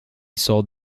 sold